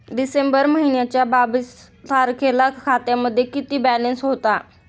डिसेंबर महिन्याच्या बावीस तारखेला खात्यामध्ये किती बॅलन्स होता?